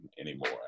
anymore